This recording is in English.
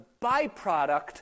byproduct